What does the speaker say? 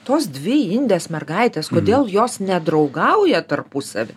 tos dvi indės mergaitės kodėl jos nedraugauja tarpusavy